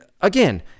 again